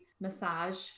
massage